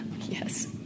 yes